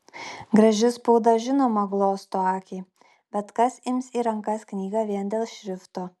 graži spauda žinoma glosto akį bet kas ims į rankas knygą vien dėl šrifto